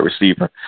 receiver